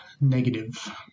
Negative